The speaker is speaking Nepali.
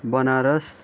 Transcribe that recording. बनारस